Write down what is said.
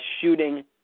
shooting